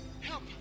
Help